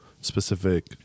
specific